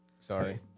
Sorry